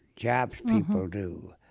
jobs people do,